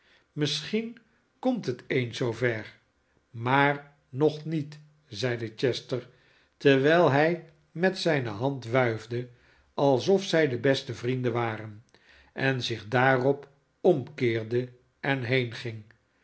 misschien komt het eens zoo ver maar nog niet zeide chester terwijl hij met zijne hand wuifde alsof zij de beste vrienden waren en zich daarop omkeerde en heenging